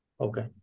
Okay